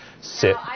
Sit